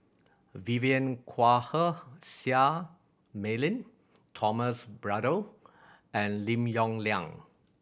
Vivien Quahe Seah Mei Lin Thomas Braddell and Lim Yong Liang